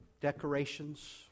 decorations